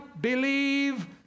believe